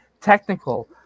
Technical